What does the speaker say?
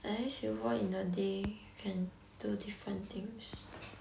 at least you work in the day can do different things